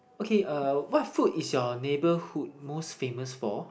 okay uh what food is your neighbourhood most famous for